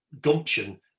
gumption